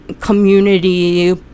community